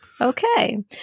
Okay